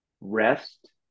rest